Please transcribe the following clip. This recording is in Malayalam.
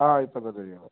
ആ ഇപ്പോൾ തന്നെ ചെയ്യണം